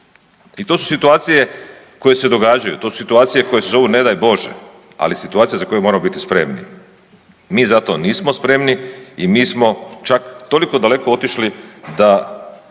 I to su situacije koje se događaju, to su situacije koje se zovu ne daj Bože, ali situacije za koju moramo biti spremni. Mi za to nismo spremni i mi smo čak toliko daleko otišli da